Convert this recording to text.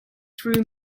through